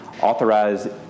authorize